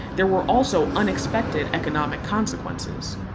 there were also unexpected economic consequences.